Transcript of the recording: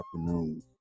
afternoon